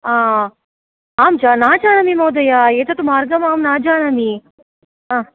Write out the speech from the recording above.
आ अहं जा न जाने महोदय एतत् मार्गं अहं न जानामि आ